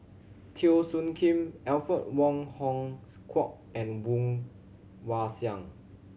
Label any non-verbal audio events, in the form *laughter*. Teo Soon Kim Alfred Wong Hong *unintelligible* Kwok and Woon Wah Siang